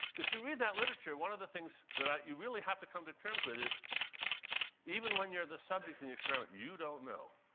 if you read that literature, one of the things that you really have to come to terms with is even when you're the subject in the experiment, you don't know.